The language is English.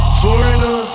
foreigner